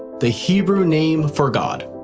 the hebrew name for god.